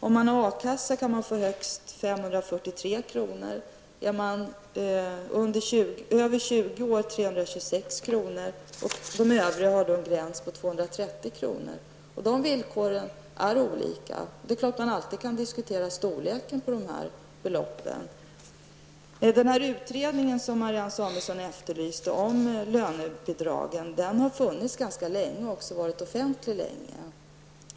Om man har A-kassa kan man få högst 543 kr., är man över 20 år får man 326 kr., och övriga har en gräns på 230 kr. Villkoren är olika, och det är klart att man alltid kan diskutera storleken på beloppen. Samuelsson efterlyste har funnits ganska länge och också varit offentlig länge.